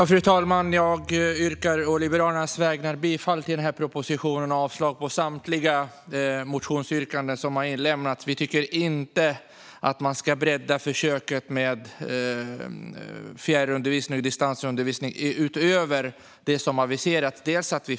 Fru talman! Jag yrkar å Liberalernas vägnar bifall till propositionen och avslag på samtliga motionsyrkanden som inlämnats. Vi tycker inte att man ska bredda försöket med fjärr och distansundervisning utöver det som aviserats.